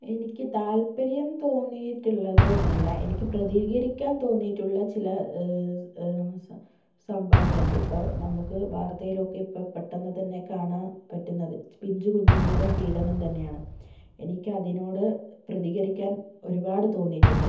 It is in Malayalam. എനിക്ക് തത്പര്യം തോന്നിയിട്ടുള്ളത് എന്നല്ല എനിക്ക് പ്രതികരിക്കാൻ തോന്നിയിട്ടുള്ള ചില സംഭവങ്ങളുണ്ട് ഇപ്പോൾ നമുക്ക് വാർത്തയിലൊക്കെ ഇപ്പം പെട്ടെന്ന് തന്നെ കാണാൻ പറ്റുന്നത് പിഞ്ചു കുഞ്ഞുങ്ങളുടെ പീഡനം തന്നെയാണ് എനിക്കതിനോട് പ്രതികരിക്കാൻ ഒരുപാട് തോന്നിയിട്ടുണ്ട്